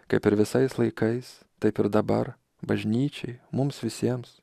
kaip ir visais laikais taip ir dabar bažnyčiai mums visiems